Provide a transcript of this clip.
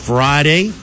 Friday